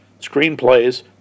screenplays